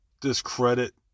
discredit